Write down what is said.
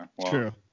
True